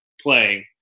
playing